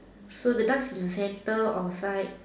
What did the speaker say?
so the ducks in the center outside